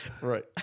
Right